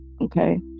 okay